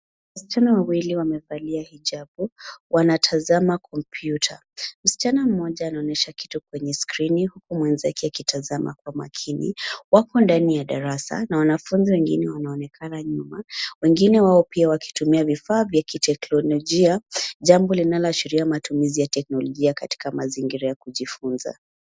Wasichana wawili wamevalia hijabu, wanatazama kompyuta. Msichana mmoja anaonyesha kitu kwenye skrini huku mwenzake akitazama kwa makini. Wapo ndani ya darasa na wanafunzi wengine wanaonekana nyuma wengine wao pia wakitumia vifaa vya kiteknolojia jambo linaloashiria matumizi ya teknolojia katika mazingira ya kujifunza.